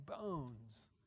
bones